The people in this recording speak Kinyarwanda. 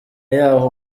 y’aho